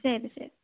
ശരി ശരി